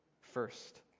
first